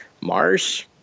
Mars